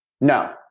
No